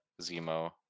Zemo